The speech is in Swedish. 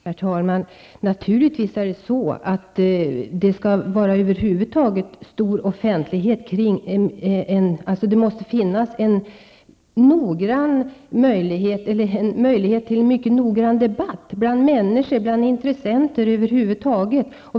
Herr talman! Naturligtvis måste intressenter över huvud taget ha möjlighet att noggrant debattera.